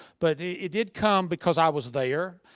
but it did come because i was there.